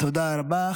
תודה רבה.